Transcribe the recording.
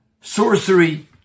sorcery